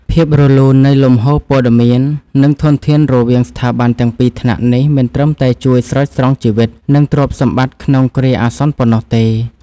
ភាពរលូននៃលំហូរព័ត៌មាន និងធនធានរវាងស្ថាប័នទាំងពីរថ្នាក់នេះ មិនត្រឹមតែជួយស្រោចស្រង់ជីវិត និងទ្រព្យសម្បត្តិក្នុងគ្រាអាសន្នប៉ុណ្ណោះទេ។